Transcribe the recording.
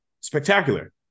spectacular